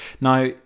Now